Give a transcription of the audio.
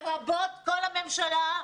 לרבות כל הממשלה,